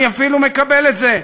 אני אפילו מקבל את זה,